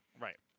Right